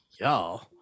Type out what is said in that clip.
Y'all